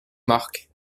mark